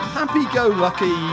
happy-go-lucky